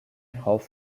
hole